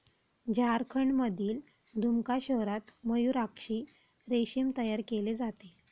झारखंडमधील दुमका शहरात मयूराक्षी रेशीम तयार केले जाते